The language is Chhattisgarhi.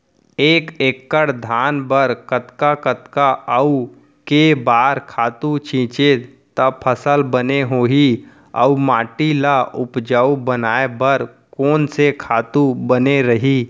एक एक्कड़ धान बर कतका कतका अऊ के बार खातू छिंचे त फसल बने होही अऊ माटी ल उपजाऊ बनाए बर कोन से खातू बने रही?